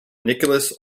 nicholaus